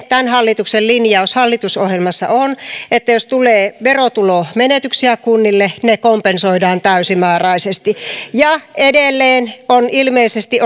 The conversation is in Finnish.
tämän hallituksen linjaus hallitusohjelmassa on että jos tulee verotulonmenetyksiä kunnille ne kompensoidaan täysimääräisesti edelleen on ilmeisesti